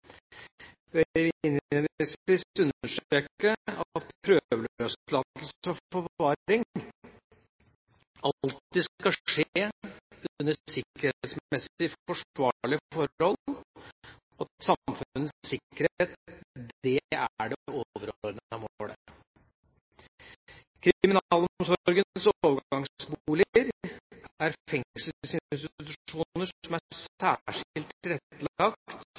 Jeg vil innledningsvis understreke at prøveløslatelse fra forvaring alltid skal skje under sikkerhetsmessig forsvarlige forhold, og at samfunnets sikkerhet er det overordnede målet. Kriminalomsorgens overgangsboliger er fengselsinstitusjoner som er særskilt tilrettelagt